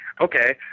okay